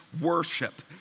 worship